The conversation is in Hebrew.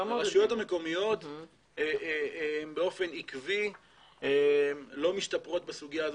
הרשויות המקומיות באופן עקבי לא משתפרות בסוגיה הזו